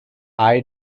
eye